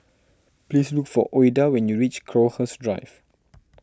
please look for Ouida when you reach Crowhurst Drive